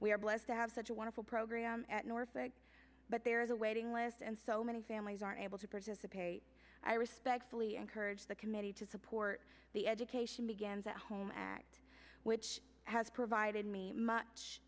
are blessed to have such a wonderful program at norfolk but there is a waiting list and so many families are able to participate i respectfully encourage the committee to support the education begins at home act which has provided me much